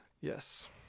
Yes